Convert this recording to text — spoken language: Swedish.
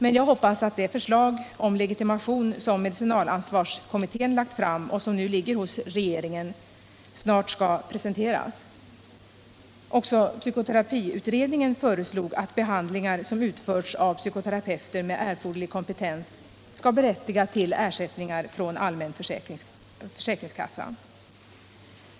Men jag hoppas att det förslag om legitimation som medicinalansvarskommittén lagt fram och som nu bereds av regeringen snart skall presenteras. Också psykoterapiutredningen föreslog att behandlingar som utförs av psykoterapeuter med erforderlig kompetens skall berättiga till ersättning från allmän försäkringskassa.